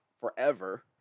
forever